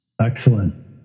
Excellent